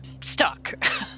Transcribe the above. stuck